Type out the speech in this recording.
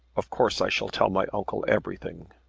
of course i shall tell my uncle everything.